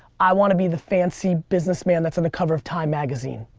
i want to be the fancy business man that's on the cover of time magazine.